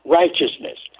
righteousness